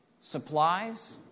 supplies